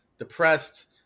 depressed